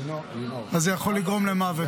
אז זה יכול לגרום למוות.